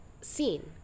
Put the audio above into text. seen